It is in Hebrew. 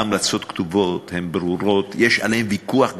ההמלצות כתובות, הן ברורות, יש עליהן ויכוח גדול,